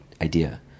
idea